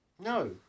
no